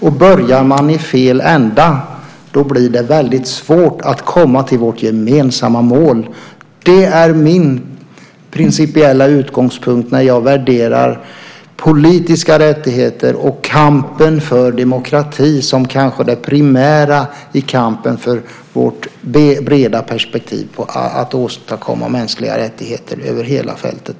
Om man börjar i fel ända blir det svårt att komma till vårt gemensamma mål. Det är min principiella utgångspunkt när jag värderar politiska rättigheter och kampen för demokrati som det kanske mest primära i kampen för det breda perspektivet för att åstadkomma mänskliga rättigheter över hela fältet.